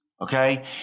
okay